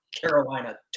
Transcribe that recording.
Carolina